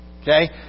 Okay